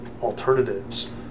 alternatives